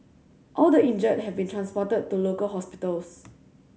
all the injured have been transported to local hospitals